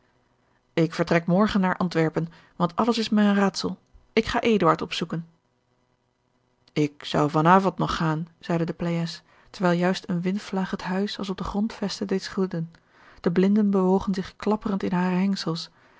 ik vertrek morgen naar antwerpen want alles is mij een raadsel ik ga eduard opzoeken ik zou van avond nog gaan zeide de pleyes terwijl juist een windvlaag het huis als op de grondvesten deed schudden de blinden bewogen zich klapperend in hare hengsels